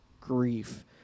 grief